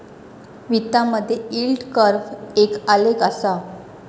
वित्तामधे yield curve एक आलेख असा